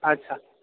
अच्छा